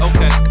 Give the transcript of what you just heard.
Okay